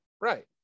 Right